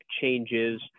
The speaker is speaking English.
changes